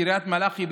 קריית מלאכי,